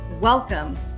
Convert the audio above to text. Welcome